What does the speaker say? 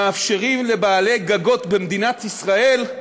מאפשרים לבעלי גגות במדינת ישראל,